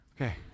Okay